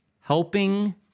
Helping